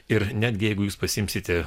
ir netgi jeigu jūs pasiimsite